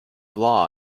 law